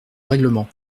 règlement